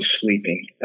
sleeping